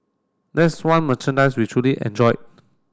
that's one merchandise we truly enjoyed